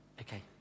Okay